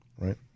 Right